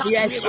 Yes